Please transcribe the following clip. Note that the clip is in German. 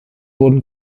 wurden